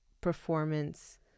performance